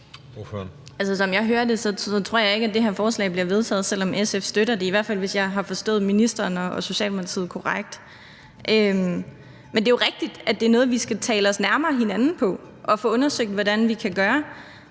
Som jeg hører det, tror jeg ikke, at det her forslag bliver vedtaget, selv om SF støtter det – i hvert fald ikke, hvis jeg har forstået ministeren og Socialdemokratiet korrekt. Men det er jo rigtigt, at det er noget, vi skal tale nærmere med hinanden om, med henblik på at vi får undersøgt, hvordan vi kan gøre